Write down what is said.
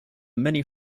many